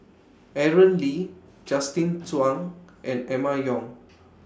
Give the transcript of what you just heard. Aaron Lee Justin Zhuang and Emma Yong